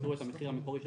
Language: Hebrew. זה